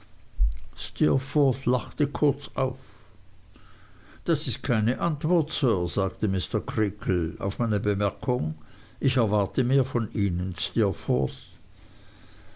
lachte kurz auf das ist keine antwort sir sagte mr creakle auf meine bemerkung ich erwarte mehr von ihnen